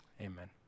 Amen